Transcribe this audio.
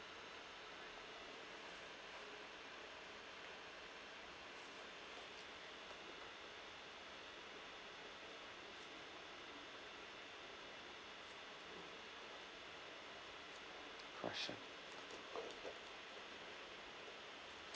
alright sure